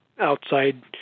outside